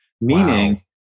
meaning